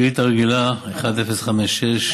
זו שאילתה רגילה מס' 1056,